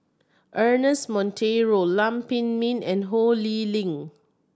Ernest Monteiro Lam Pin Min and Ho Lee Ling